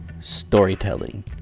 storytelling